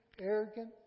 arrogant